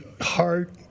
heart